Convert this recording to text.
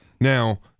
Now